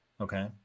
Okay